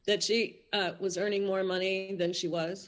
that she was earning more money than she was